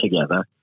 together